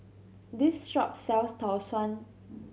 this shop sells Tau Suan